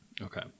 Okay